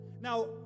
Now